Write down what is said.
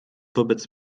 wobec